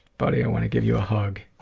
buddy, i want to give you a hug.